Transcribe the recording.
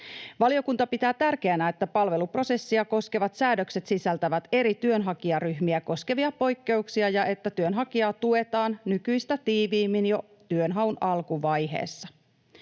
Valiokunta pitää tärkeänä, että palveluprosessia koskevat säädökset sisältävät eri työnhakijaryhmiä koskevia poikkeuksia ja että työnhakijaa tuetaan nykyistä tiiviimmin jo työnhaun alkuvaiheessa.